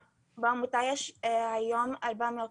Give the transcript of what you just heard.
בעמותה יש היום 450 בנות.